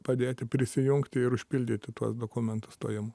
padėti prisijungti ir užpildyti tuos dokumentus stojimo